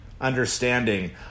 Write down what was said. understanding